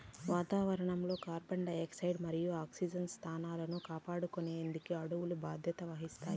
వాతావరణం లో carbon dioxide మరియు ఆక్సిజన్ స్థాయిలను కాపాడుకునేకి అడవులు బాధ్యత వహిస్తాయి